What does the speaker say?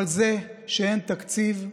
אבל זה שאין תקציב,